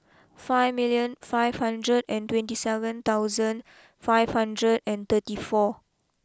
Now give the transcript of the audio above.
five million five hundred and twenty seven thousand five hundred and thirty four